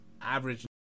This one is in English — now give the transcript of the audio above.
average